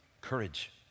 courage